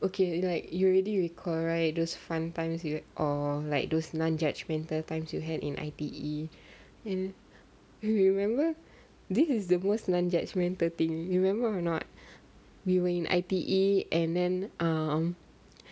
okay like you already recall right these fun times you or like those non-judgmental times you had in I_T_E and we will remember this is the most non-judgmental thing you remember or not we were in I_T_E and then um